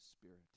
Spirit